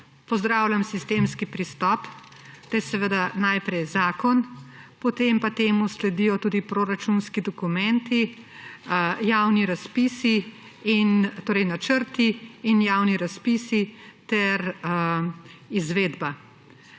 Pozdravljam sistemski pristop, to je seveda najprej zakon, potem pa temu sledijo tudi proračunski dokumenti, načrti in javni razpisi ter izvedba.